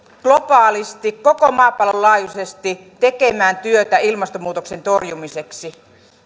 globaalisti koko maapallon laajuisesti tekemään työtä ilmastonmuutoksen torjumiseksi